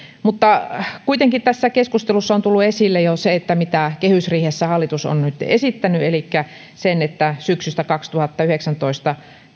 kuitenkin tässä keskustelussa on tullut esille jo se mitä kehysriihessä hallitus on nyt esittänyt elikkä että syksystä kaksituhattayhdeksäntoista